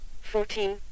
fourteen